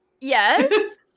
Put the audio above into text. Yes